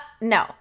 No